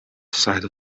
side